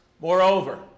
Moreover